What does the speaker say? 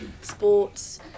sports